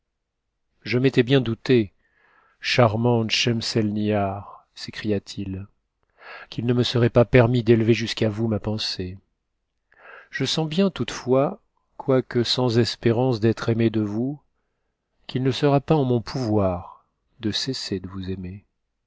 je m'étais bien douté charmante schemselnihar sécria t it qu'il ne me serait pas permis d'élever jusqu'à vous ma pensée e mot arabe signifie le soleil th jour t t f j je sens bien toutefois quoique sans espérance d'être aime de vous qu'il ne sera pas en mon pouvoir de cesser de vous aimer